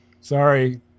Sorry